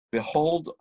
Behold